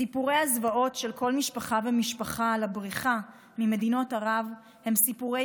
סיפורי הזוועות של כל משפחה ומשפחה על הבריחה ממדינות ערב הם סיפורי